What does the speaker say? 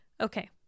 Okay